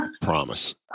Promise